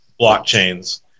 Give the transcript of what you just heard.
blockchains